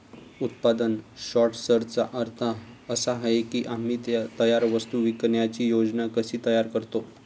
उत्पादन सॉर्टर्सचा अर्थ असा आहे की आम्ही तयार वस्तू विकण्याची योजना कशी तयार करतो